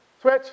Switch